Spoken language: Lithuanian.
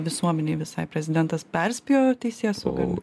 visuomenei visai prezidentas perspėjo teisėsaugą